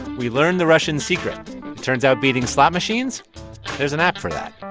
we learned the russians' secret. it turns out, beating slot machines there's an app for that